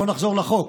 בואו נחזור לחוק.